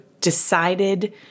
decided